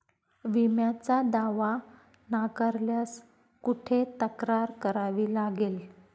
विम्याचा दावा नाकारल्यास कुठे तक्रार करावी लागेल?